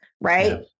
right